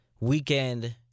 weekend